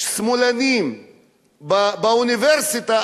שמאלנים באוניברסיטה,